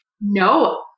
No